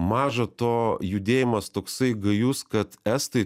maža to judėjimas toksai gajus kad estai